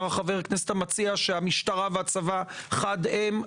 חבר הכנסת המציע שהמשטרה והצבא חד הם.